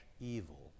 evil